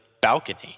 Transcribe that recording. balcony